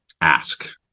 ask